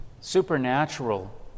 supernatural